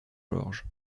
georges